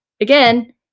again